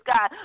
God